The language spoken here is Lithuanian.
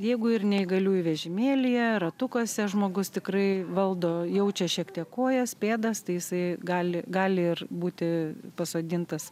jeigu ir neįgaliųjų vežimėlyje ratukuose žmogus tikrai valdo jaučia šiek tiek kojas pėdas tai jisai gali gali ir būti pasodintas